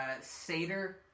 Seder